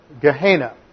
Gehenna